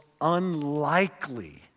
unlikely